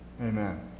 amen